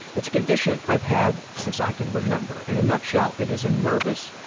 it's a condition i've had since i can remember. in a nutshell, it is a nervous,